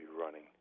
running